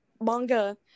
manga